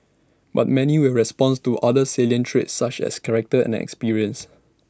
but many will respond to other salient traits such as character and experience